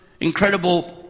incredible